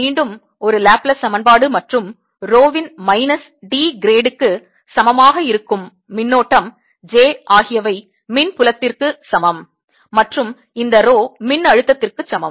மீண்டும் ஒரு Laplace சமன்பாடு மற்றும் rho இன் minus D grad க்கு சமமாக இருக்கும் மின்னோட்டம் j ஆகியவை மின் புலத்திற்கு சமம் மற்றும் இந்த rho மின்னழுத்தத்திற்கு சமம்